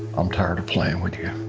i'm tired of playing with you.